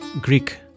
Greek